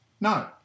No